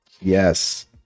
Yes